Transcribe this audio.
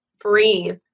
breathe